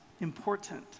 important